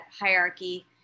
hierarchy